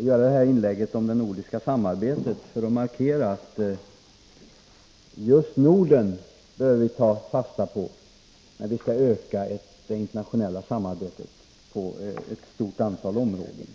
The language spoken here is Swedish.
detta inlägg om det nordiska samarbetet för att markera att vi bör ta fasta just på Norden när vi skall öka det internationella samarbetet på ett stort antal områden.